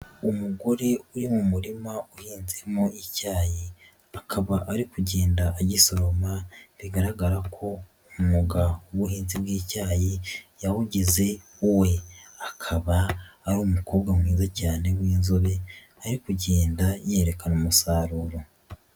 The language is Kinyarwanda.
Umugore uri mu murima uhinzemo icyayi, akaba ari kugenda agisoroma, bigaragara ko umwuga w'ubuhinzi bw'icyayi yawugize uwe, akaba ari umukobwa mwiza cyane w'inzobe, ari kugenda yerekana umusaruro.